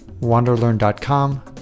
wanderlearn.com